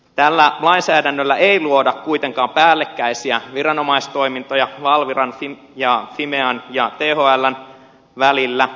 tällä lainsäädännöllä ei luoda kuitenkaan päällekkäisiä viranomaistoimintoja valviran ja fimean ja thln välillä